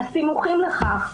הסימוכין לכך,